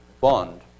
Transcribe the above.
bond